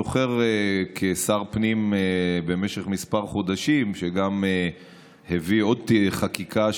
כשר הפנים במשך כמה חודשים שגם הביא עוד חקיקה,